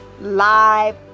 live